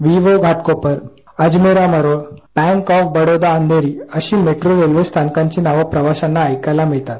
Vivo Ghatkopar Ajmera Marol bank of Baroda Andheri अशी metro रेल्वेस्थानकांची नावं प्रवाशांना ऐकायला मिळतात